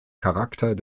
charakter